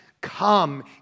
come